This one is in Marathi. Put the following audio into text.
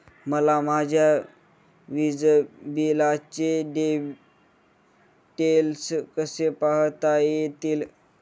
मला माझ्या वीजबिलाचे डिटेल्स कसे पाहता येतील?